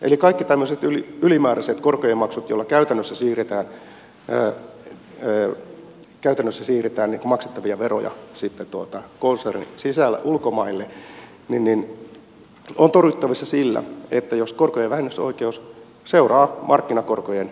eli kaikki tämmöiset ylimääräiset korkojen maksut joilla käytännössä siirretään maksettavia veroja sitten konsernin sisällä ulkomaille ovat torjuttavissa sillä että korkojen vähennysoikeus seuraa markkinakorkojen suuruutta